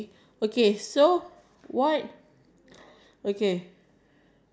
um Curl lashes I think you need to Curl it and then use mascara then that's